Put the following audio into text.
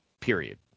Period